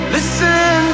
Listen